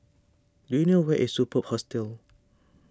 do you know where is Superb Hostel